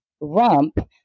rump